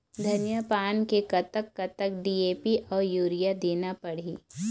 धनिया पान मे कतक कतक डी.ए.पी अऊ यूरिया देना पड़ही?